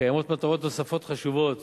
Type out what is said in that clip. קיימות מטרות נוספות חשובות